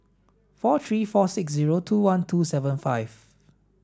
four three four six zero two one two seven five